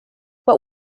what